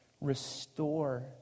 Restore